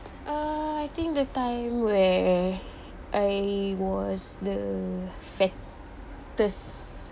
uh I think the time where I was the fattest